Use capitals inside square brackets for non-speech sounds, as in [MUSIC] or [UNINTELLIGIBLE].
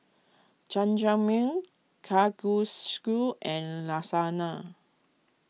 Jajangmyeon [UNINTELLIGIBLE] and Lasagna